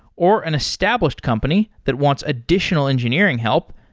or an established company that wants additional engineering help,